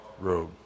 road